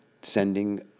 sending